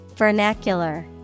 Vernacular